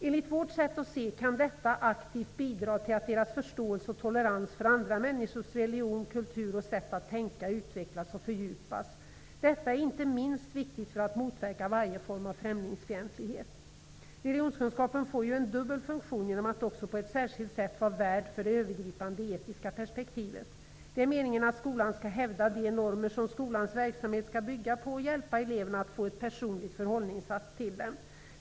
Enligt vårt sätt att se kan detta aktivt bidra till att deras förståelse och tolerans för andra människors religion, kultur och sätt att tänka utvecklas och fördjupas. Detta är inte minst viktigt för att motverka varje form av främlingsfientlighet. Religionskunskapen får en dubbel funktion genom att på ett särskilt sätt vara så att säga värd för det övergripande etiska perspektivet. Det är meningen att skolan skall hävda de normer som skolans verksamhet skall bygga på och hjälpa eleverna att få ett personligt förhållningssätt till dessa.